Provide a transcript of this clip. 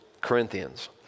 Corinthians